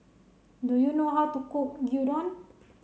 do you know how to cook Gyudon